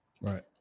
Right